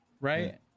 Right